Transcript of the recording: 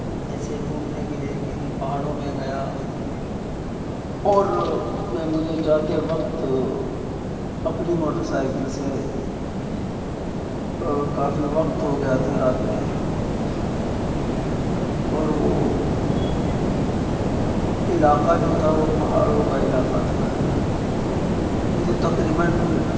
ایسے گھومنے کے لیے کہیں پہاڑوں میں گیا اور اس میں مجھے جاتے وقت اپنی موٹر سائیکل سے کافی وقت ہو گیا تھا رات میں اور وہ علاقہ جو تھا وہ پہاڑوں کا علاقہ تھا مجھے تقریباً